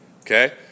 Okay